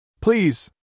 Please